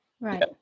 Right